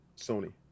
Sony